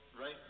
right